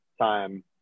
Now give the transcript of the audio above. time